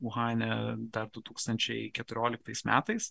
uhane dar du tūkstančiai keturioliktais metais